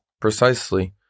precisely